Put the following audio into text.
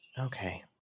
okay